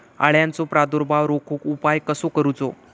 अळ्यांचो प्रादुर्भाव रोखुक उपाय कसो करूचो?